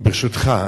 ברשותך,